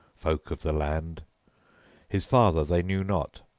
folk of the land his father they knew not,